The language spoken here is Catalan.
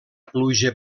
pluja